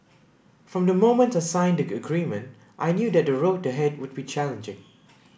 from the moment I signed the agreement I knew that the road ahead would be challenging